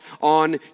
on